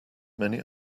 many